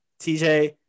TJ